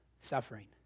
suffering